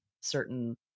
certain